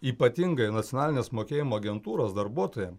ypatingai nacionalinės mokėjimo agentūros darbuotojam